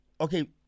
okay